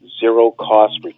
zero-cost